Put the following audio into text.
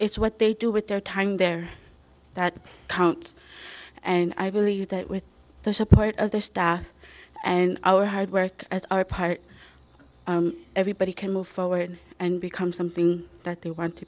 it's what they do with their time there that count and i believe that with the support of their staff and our hard work as our part everybody can move forward and become something that they want to